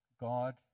God